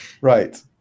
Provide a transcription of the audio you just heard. Right